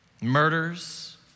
murders